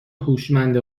هوشمند